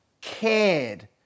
cared